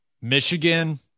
Michigan